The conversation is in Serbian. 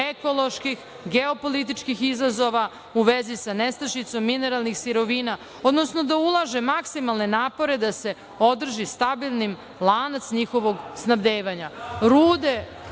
ekoloških, geopolitičkih izazova u vezi sa nestašicom mineralnih sirovina, odnosno da ulaže maksimalne napore da se održi stabilnim lanac njihovog snabdevanja.